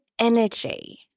energy